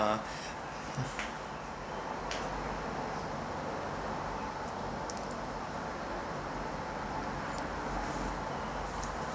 uh